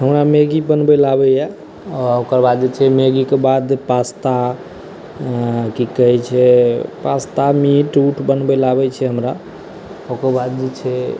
हमरा मैगी बनबै लए आबैया आ ओकरबाद जे छै मैगी के बाद पास्ता की कहै छै पास्ता मीट उट बनबै लए आबै छै हमरा ओकरबाद जे छै